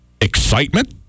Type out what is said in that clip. excitement